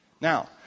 Now